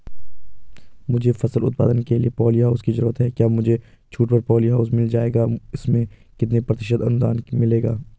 मुझे फसल उत्पादन के लिए प ॉलीहाउस की जरूरत है क्या मुझे छूट पर पॉलीहाउस मिल जाएगा इसमें कितने प्रतिशत अनुदान मिलेगा?